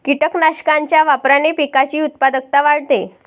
कीटकनाशकांच्या वापराने पिकाची उत्पादकता वाढते